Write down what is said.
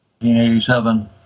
1987